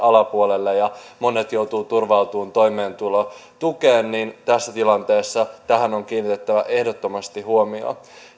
alapuolelle ja monet joutuvat turvautumaan toimeentulotukeen niin tässä tilanteessa tähän on kiinnitettävä ehdottomasti huomiota